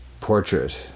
portrait